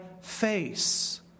face